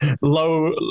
low